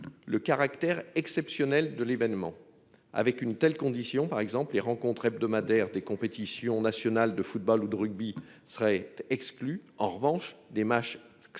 le caractère exceptionnel de l'événement. Avec une telle condition, les rencontres hebdomadaires des compétitions nationales de football ou de rugby seraient exclues. En revanche, des matchs exceptionnels